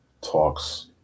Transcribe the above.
talks